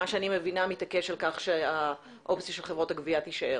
משרד הפנים מתעקש על כך שהאופציה של חברות הגבייה תישאר